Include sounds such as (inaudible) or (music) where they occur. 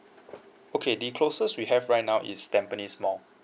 (noise) okay the closest we have right now is tampines mall